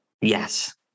Yes